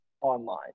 online